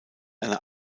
eine